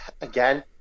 again